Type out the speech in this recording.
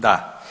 Da.